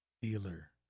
Dealer